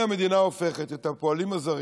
הינה המדינה הופכת את הפועלים הזרים,